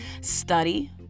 Study